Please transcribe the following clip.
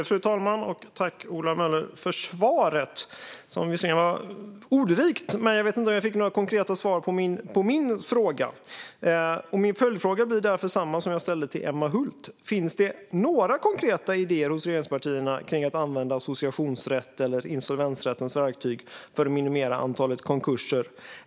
Fru talman! Tack, Ola Möller, för svaret! Det var visserligen ordrikt, men jag vet inte om jag fick några konkreta svar på min fråga. Min följdfråga blir därför samma som jag ställde till Emma Hult: Finns det några konkreta idéer hos regeringspartierna vad gäller att använda associationsrättens eller insolvensrättens verktyg för att minimera antalet konkurser?